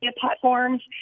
platforms